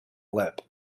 lip